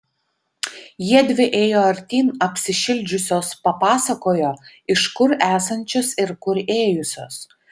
jiedvi ėjo artyn apsišildžiusios papasakojo iš kur esančios ir kur ėjusios